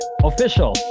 Official